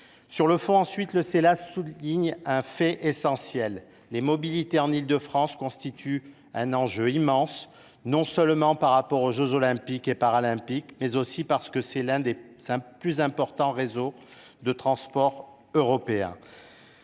Sur le fond, ensuite, le Sénat souligne un fait essentiel : les mobilités en Île de France constituent un enjeu immense, non seulement en raison des jeux Olympiques et Paralympiques, mais aussi parce que l’Île de France compte l’un des plus importants réseaux de transports européens.